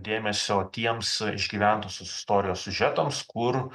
dėmesio tiems išgyventosios istorijos siužetams kur